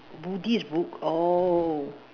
buddhist book oh